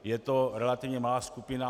Je to relativně malá skupina.